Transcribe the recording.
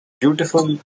beautiful